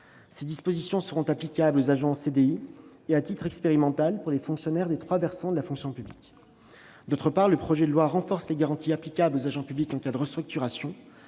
Ces dispositions seront applicables aux agents en CDI et, à titre expérimental, aux fonctionnaires des trois versants de la fonction publique. Par ailleurs, le projet de loi renforce les garanties applicables aux agents publics en cas de restructuration.